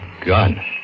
Gun